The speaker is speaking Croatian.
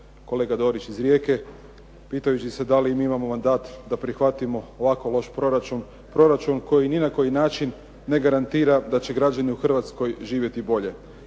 kolega Dorić iz Rijeke, pitajući se da li mi imamo mandat da prihvatimo ovako loš proračun, proračun koji ni na koji način ne garantira da će građani u Hrvatskoj živjeti bolje.